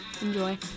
Enjoy